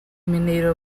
mineiro